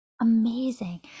amazing